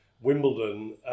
Wimbledon